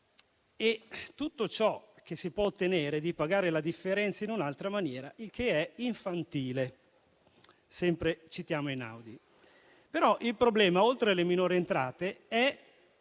Tutto ciò che si può ottenere è pagare la differenza in un'altra maniera, il che è infantile, sempre citando Einaudi. Il problema però, oltre alle minori entrate, è